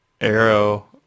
Arrow